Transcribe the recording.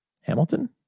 Hamilton